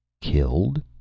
Killed